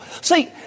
See